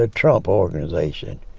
ah trump organization.